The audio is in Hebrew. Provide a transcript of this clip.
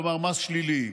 כלומר מס הכנסה שלילי.